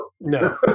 No